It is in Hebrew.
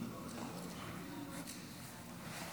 הממשלה להסדרת אירוע הילולת רבי שמעון בר